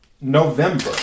November